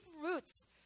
roots